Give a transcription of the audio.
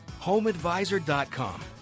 HomeAdvisor.com